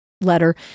letter